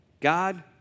God